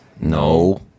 No